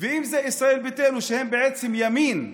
ואם זה ישראל ביתנו, שהם בעצם ימין,